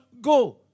Go